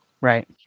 Right